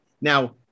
Now